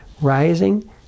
rising